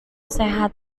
sehat